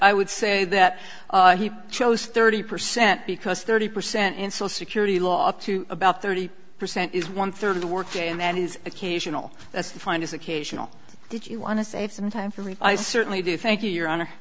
i would say that he chose thirty percent because thirty percent and so security law up to about thirty percent is one third of the work and that is occasional that's defined as occasional did you want to save some time for me i certainly do thank you your honor